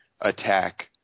attack